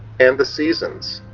and the seasons.